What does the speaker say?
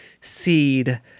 seed